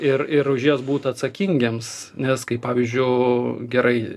ir ir už jas būt atsakingiems nes kaip pavyzdžiui gerai